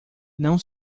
não